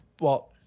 Well-